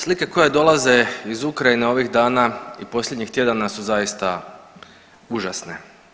Slike koje dolaze iz Ukrajine ovih dana i posljednjih tjedana su zaista užasne.